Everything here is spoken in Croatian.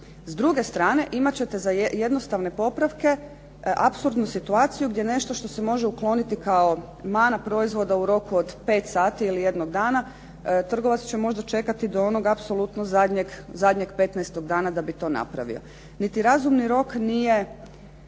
S druge strane, imat ćete za jednostavne popravke apsurdnu situaciju gdje nešto što se može ukloniti kao mana proizvoda u roku od pet sati ili jednog dana trgovac će možda čekati do onog apsolutno zadnjeg petnaestog dana da bi to napravio. Niti razumni rok nije